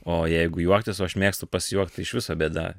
o jeigu juoktis o aš mėgstu pasijuokt tai iš viso bėda